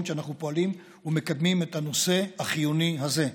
כשאנחנו פועלים ומקדמים את הנושא החיוני הזה.